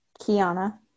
Kiana